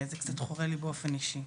זה קצת חורה לי באופן אישי,